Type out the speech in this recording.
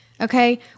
okay